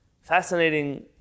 fascinating